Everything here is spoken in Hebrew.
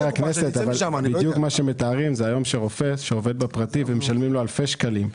אבל בדיוק מה שמתארים זה רופא שעובד בפרטי ומשלמים לו אלפי שקלים.